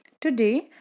Today